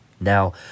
Now